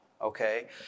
okay